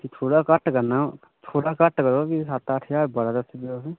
थोह्ड़ा घट्ट करना थोड़ा घट्ट करो फ्ही सत्त अट्ठ ज्हार बड़ा दस्सी ओड़ेआ तुसें